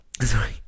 Sorry